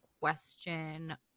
question